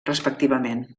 respectivament